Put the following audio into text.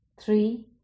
Three